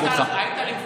אני הייתי בוועדה,